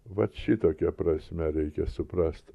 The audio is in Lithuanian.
vat šitokia prasme reikia suprast